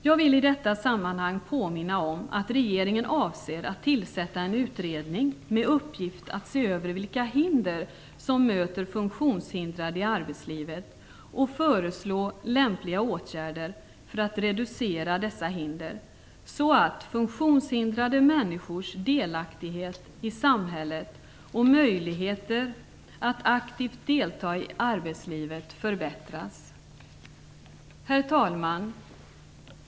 Jag vill i detta sammanhang påminna om att regeringen avser att tillsätta en utredning med uppgift att se över vilka hinder som möter funktionshindrade i arbetslivet och att föreslå lämpliga åtgärder för att reducera dessa hinder, så att funktionshindrade människors delaktighet i samhället och möjligheter att aktivt delta i arbetslivet förbättras. Herr talman!